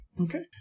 Okay